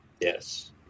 Yes